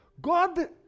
God